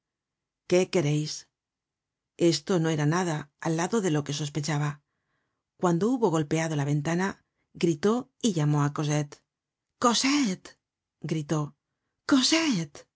qué quereis esto no era nada al lado de lo que sospechaba cuando hubo golpeado la ventana gritó y llamó á cosette cosette gritó